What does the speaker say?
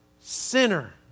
sinner